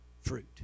Fruit